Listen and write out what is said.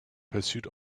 pursuit